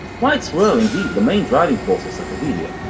whites were indeed the main driving force of psychedelia,